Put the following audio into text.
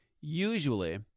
usually